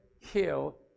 kill